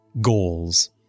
Goals